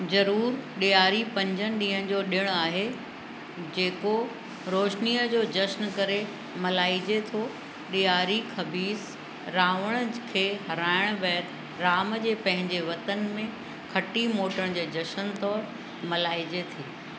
ज़रूर ॾियारी पंजनि ॾींहंनि जो ॾिणु आहे जेको रोशनीअ जो जशनु करे मल्हाइजे थो ॾियारी ख़बीस रावण खे हराइण बैदि राम जे पंहिंजे वतन में खटी मोटण जे जशनु तौरु मल्हाइजे थी